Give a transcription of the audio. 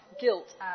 guilt